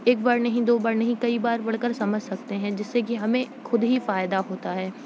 ایک بار نہیں دو بار نہیں کئی بار پڑھ کر سمجھ سکتے ہیں جس سے کہ ہمیں خود ہی فائدہ ہوتا ہے